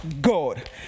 God